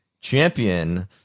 champion